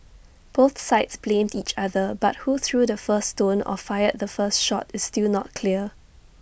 both sides blamed each other but who threw the first stone or fired the first shot is still not clear